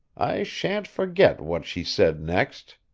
i sha'n't forget what she said next.